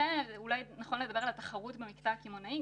אולי נכון לדבר על התחרות במקטע הקמעונאי,